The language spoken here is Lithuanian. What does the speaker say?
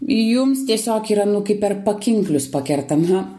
jums tiesiog yra nu kaip per pakinklius pakertama